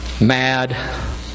mad